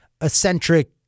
eccentric